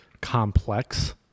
complex